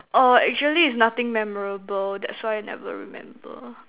oh actually is nothing memorable that's why never remember